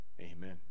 Amen